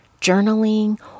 journaling